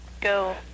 go